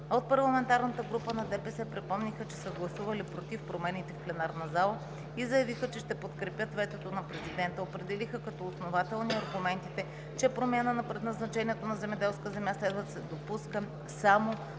От парламентарната група на ДПС припомниха, че са гласували против промените в пленарната зала и заявиха, че ще подкрепят ветото на президента. Определиха като основателни аргументите, че промяна на предназначението на земеделска земя следва да се допуска само